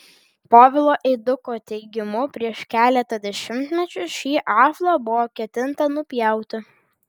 povilo eiduko teigimu prieš keletą dešimtmečių šį ąžuolą buvo ketinta nupjauti